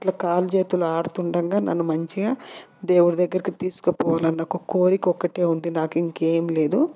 అట్లా కాల్ చేతులు అడుతుండంగ నన్ను మంచిగా దేవుడి దగ్గరికి తీసుకుపోవాలన్న ఒక కోరిక ఒకటే ఉంది నాకు ఇంకేం లేదు